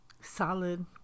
solid